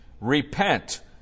repent